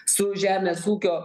su žemės ūkio